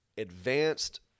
advanced